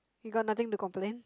you got nothing to complaint